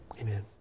Amen